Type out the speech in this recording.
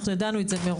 אנחנו ידענו את זה מראש,